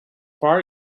far